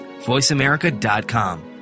voiceamerica.com